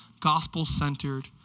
gospel-centered